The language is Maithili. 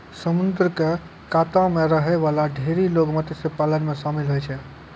समुद्र क कातो म रहै वाला ढेरी लोग मत्स्य पालन म शामिल होय छै